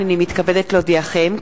הנני מתכבדת להודיעכם,